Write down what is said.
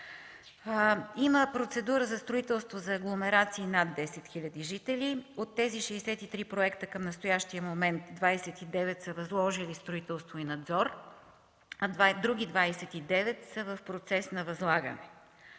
Има процедура за строителство за агломерации над 10 хил. жители. От тези 63 проекта към настоящия момент 29 са възложили строителство и надзор, а други 29 са в процес на възлагане.